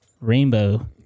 Rainbow